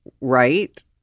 right